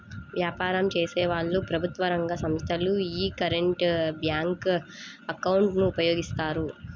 వ్యాపారం చేసేవాళ్ళు, ప్రభుత్వ రంగ సంస్ధలు యీ కరెంట్ బ్యేంకు అకౌంట్ ను ఉపయోగిస్తాయి